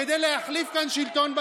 כדי להחליף כאן שלטון,